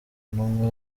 n’umwe